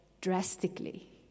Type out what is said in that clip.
drastically